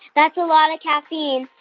that's a lot of caffeine.